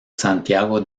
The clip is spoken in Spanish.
santiago